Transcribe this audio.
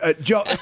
Joe